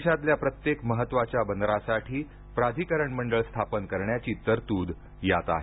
देशातल्या प्रत्येक महत्त्वाच्या बंदरासाठी प्राधिकरण मंडळ स्थापन करण्याची तरतूद यात आहे